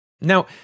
Now